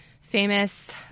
famous